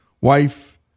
wife